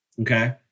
Okay